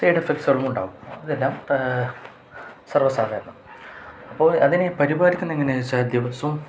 side എഫക്ട്സും ഉണ്ടാവും അതെല്ലാം സർവസാധാരണം അപ്പോള് അതിനെ പരിപാലിക്കുന്നതെങ്ങനെയാണെന്നുവച്ചാല് ദിവസവും